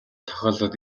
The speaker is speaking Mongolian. тохиолдолд